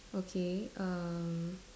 okay err